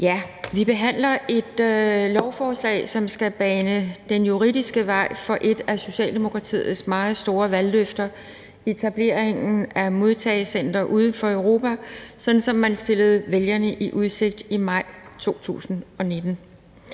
Vi behandler et lovforslag, som skal bane den juridiske vej for et af Socialdemokratiets meget store valgløfter, nemlig etablering af et modtagecenter uden for Europa, sådan som man stillede vælgerne i udsigt i maj 2019.